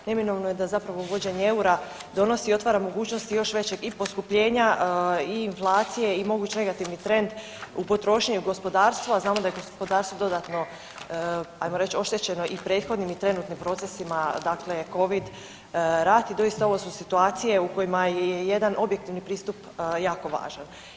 Neminovno je da zapravo uvođenje EUR-a donosi i otvara mogućnosti još većeg i poskupljenja i inflacije i moguć negativni trend u potrošnji, u gospodarstvu, a znamo da je gospodarstvo dodatno ajmo reći oštećeno i prethodnim i trenutnim procesima dakle Covid, rat i doista ovo su situacije u kojima je jedan objektivni pristup jako važan.